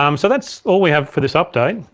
um so that's all we have for this update.